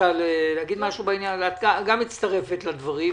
גם את מצטרפת לדברים.